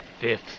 fifth